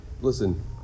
listen